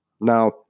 Now